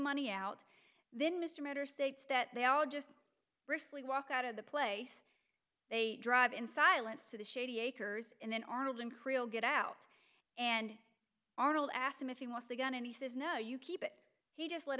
money out then mr matter states that they all just recently walk out of the place they drive in silence to the shady acres and then arnold in creole get out and arnold asked him if he wants the gun and he says no you keep it he just let